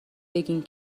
بگین